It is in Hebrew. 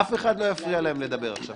אף אחד לא יפריע להם לדבר עכשיו.